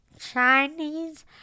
Chinese